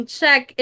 check